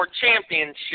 Championship